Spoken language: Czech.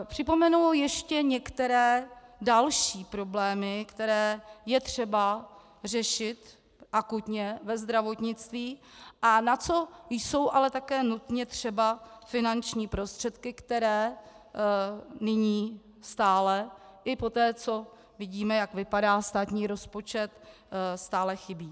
Připomenu ještě některé další problémy, které je třeba řešit akutně ve zdravotnictví, a na co jsou ale také nutné třeba finanční prostředky, které nyní stále i poté, co vidíme, jak vypadá státní rozpočet, stále chybí.